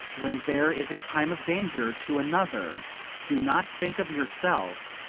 when there is a time of danger to another do not think of yourself,